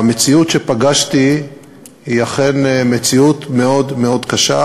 המציאות שפגשתי היא אכן מציאות מאוד מאוד קשה,